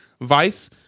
vice